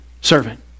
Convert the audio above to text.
servant